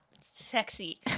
sexy